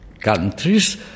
countries